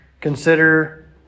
Consider